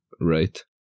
right